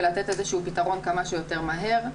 ולתת איזשהו פתרון כמה שיותר מהר.